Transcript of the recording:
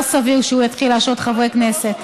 לא סביר שהוא יתחיל להשעות חברי כנסת.